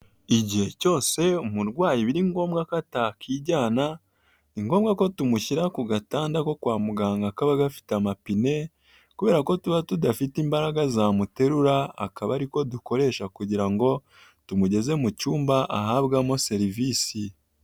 Igihe cyose umurwayi biri ngombwa ko atakwijyana, ni ngombwa ko tumushyira ku gatanda ko kwa muganga kaba gafite amapine kubera ko tuba tudafite imbaraga zamuterura akaba ari ko dukoresha kugira ngo tumugeze mu cyumba ahabwamo serivisi.